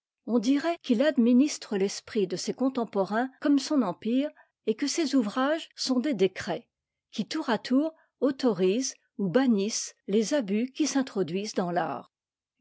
on dirait qu'il administre l'esprit de ses contemporains comme son empire et que ses ouvrages sont des décrets qui tour à tour autorisent ou bannissent les abus qui s'introduisent dans l'art